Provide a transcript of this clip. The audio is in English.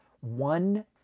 one